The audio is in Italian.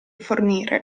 fornire